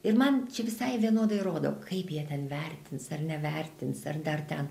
ir man čia visai vienodai rodo kaip jie ten vertins ar nevertins ar dar ten